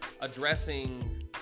addressing